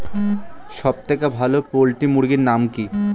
সবথেকে ভালো পোল্ট্রি মুরগির নাম কি?